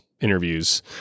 interviews